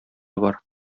бар